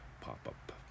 pop-up